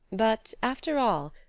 but after all,